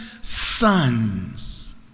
sons